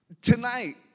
Tonight